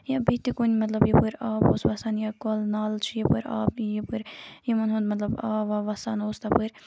یا بیٚیہِ تہِ کُنہِ مطلب یَپٲرۍ آب اوس وَسان یا کۄل نالہٕ چھِ یَپٲرۍ آب یپٲرۍ یِمَن ہُند مطلب آب واب وَسان اوس تَپٲرۍ